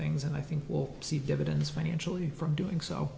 things and i think we'll see dividends financially from doing so